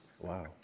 Wow